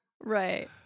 right